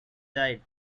died